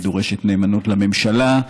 היא דורשת נאמנות לממשלה,